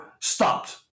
stopped